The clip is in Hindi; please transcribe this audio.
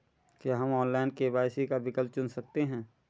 क्या हम ऑनलाइन के.वाई.सी का विकल्प चुन सकते हैं?